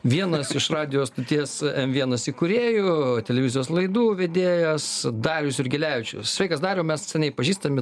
vienas iš radijo stoties m vienas įkūrėjų televizijos laidų vedėjas darius jurgelevičius sveikas dariau mes seniai pažįstami